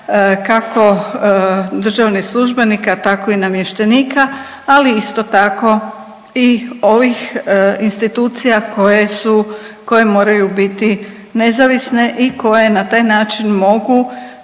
kako državnih službenika tako i namještenika, ali isto tako i ovih institucija koje su koje moraju biti nezavisne i koje na taj način mogu